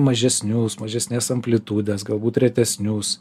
mažesnius mažesnės amplitudės galbūt retesnius